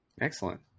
excellent